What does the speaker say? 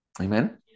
Amen